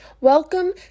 Welcome